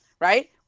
Right